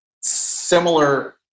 similar